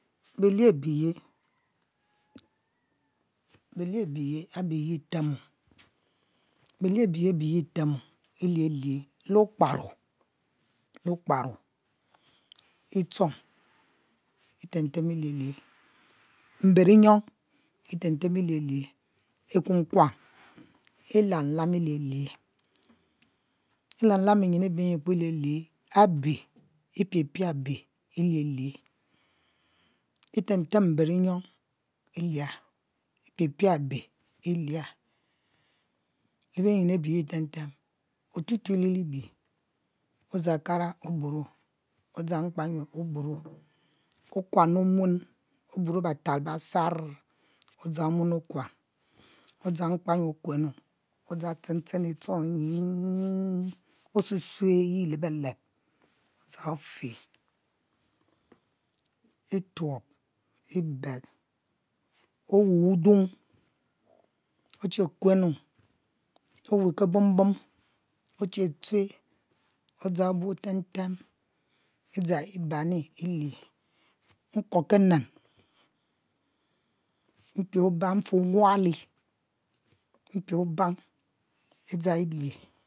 Belie abeyi belie abeyiabi ye e temo belie abeyi abi ye temo e liehe le okparo e'tuong item tem e' lilie mberiyung item tem ililie e;kukuam ilamlam ilielie ilamlam binyin abie nyi kpoo ilie lie abe e piepie abe ilielie item tem mberiyong ilia ipiepie abe ilia labiyin abi ye item tem otutue le li bie odzang kara oburo odzang mkpanyue oburo okuan omuen oburo betal besar odzang omuen okuan odzang mkpanyue okuenu odzang octchen chen e'tuong yim osue sue yi le beleb odzang ofe ituob ibel oweh wudung oche kuenu oweh kebumbum oche tchue o'dzang bu otem tem i dzang ibani ilie nko kenen mpie obang mfe omuali mpie obang e'dzang lie